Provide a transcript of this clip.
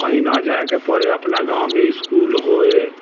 कहीँ नहि जाइके पड़ै अपना गाँवमे इसकुल होइ